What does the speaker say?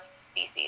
species